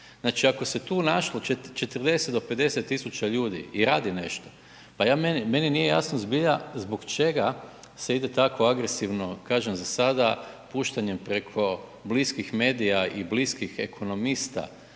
Znači, ako se tu našlo 40 do 50.000 ljudi i radi nešto, pa meni nije jasno zbilja zbog čega se ide tako agresivno, kažem za sada puštanjem preko bliskih medija i bliskih ekonomista